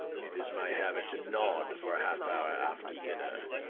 it is my habit to nod for a half hour after dinner.